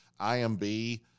IMB